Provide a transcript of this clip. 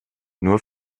nur